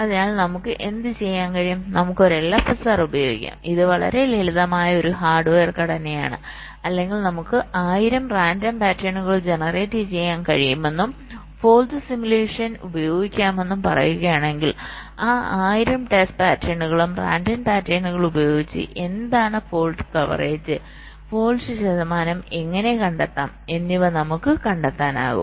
അതിനാൽ നമുക്ക് എന്തുചെയ്യാൻ കഴിയും നമുക്ക് ഒരു LFSR ഉപയോഗിക്കാം ഇത് വളരെ ലളിതമായ ഒരു ഹാർഡ്വെയർ ഘടനയാണ് അല്ലെങ്കിൽ നമുക്ക് 1000 റാൻഡം പാറ്റേണുകൾ ജനറേറ്റ് ചെയ്യാൻ കഴിയുമെന്നും ഫോൾട് സിമുലേഷൻ ഉപയോഗിക്കാമെന്നും പറയുകയാണെങ്കിൽ ആ 1000 ടെസ്റ്റ് പാറ്റേണുകളും റാൻഡം പാറ്റേണുകളും ഉപയോഗിച്ച് എന്താണ് ഫോൾട് കവറേജ് ഫോൾട് ശതമാനം എങ്ങനെ കണ്ടെത്താം എന്നിവ നമുക്ക് കണ്ടെത്താനാകും